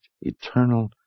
eternal